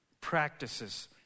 practices